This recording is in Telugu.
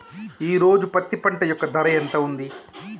ఈ రోజు పత్తి పంట యొక్క ధర ఎంత ఉంది?